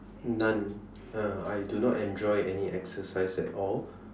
none uh I do not enjoy any exercise at all